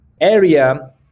area